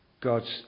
God's